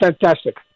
fantastic